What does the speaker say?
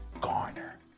garner